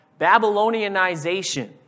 Babylonianization